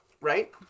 right